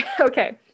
okay